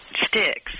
sticks